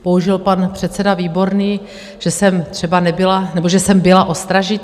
Použil pan předseda Výborný, že jsem třeba nebyla nebo že jsem byla ostražitá.